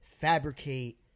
fabricate